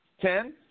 Ten